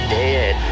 dead